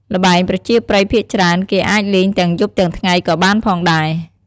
ល្បែងប្រជាប្រិយភាគច្រើន គេអាចលេងទាំងយប់ទាំងថ្ងៃក៏បានផងដែរ។